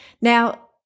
Now